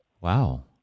Wow